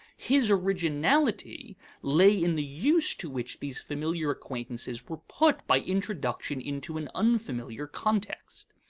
his originality lay in the use to which these familiar acquaintances were put by introduction into an unfamiliar context.